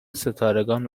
ستارگان